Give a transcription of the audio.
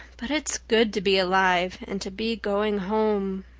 but it's good to be alive and to be going home,